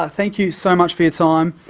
thank you so much for your time.